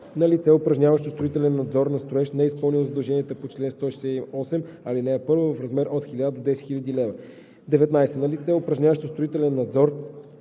на лице, упражняващо строителен надзор на строеж, неизпълнило задължение по чл. 168, ал. 1 – в размер от 1000 до 10 000 лв.; 19. на лице, упражняващо строителен надзор